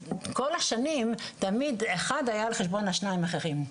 כל השנים תמיד אחד היה על חשבון השניים אחרים.